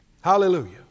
Hallelujah